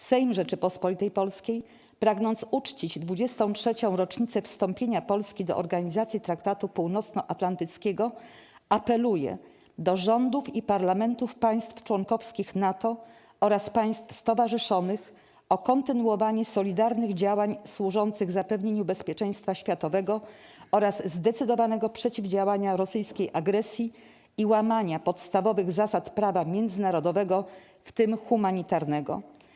Sejm Rzeczypospolitej Polskiej, pragnąc uczcić 23. rocznicę wstąpienia Polski do Organizacji Traktatu Północnoatlantyckiego, apeluje do rządów i parlamentów państw członkowskich NATO oraz państw stowarzyszonych o kontynuowanie solidarnych działań służących zapewnieniu bezpieczeństwa światowego oraz zdecydowanego przeciwdziałania rosyjskiej agresji i łamaniu podstawowych zasad prawa międzynarodowego, w tym humanitarnego.